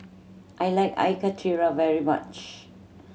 I like Air Karthira very much